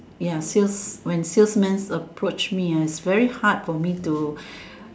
ya sales when sales man approach me ah it's very hard for me to